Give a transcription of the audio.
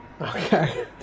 Okay